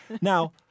Now